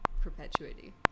perpetuity